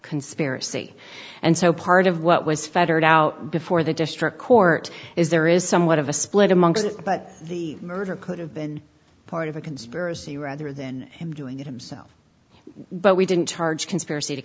conspiracy and so part of what was fettered out before the district court is there is somewhat of a split amongst it but the murder could have been part of a conspiracy rather than him doing it himself but we didn't charge conspiracy to